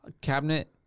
cabinet